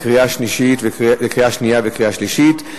לקריאה שנייה וקריאה שלישית.